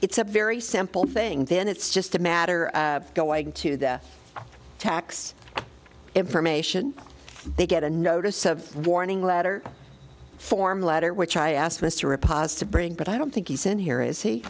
it's a very simple thing then it's just a matter of going to the tax information they get a notice of warning letter form letter which i asked mr repast to bring but i don't think he said here is he